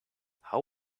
how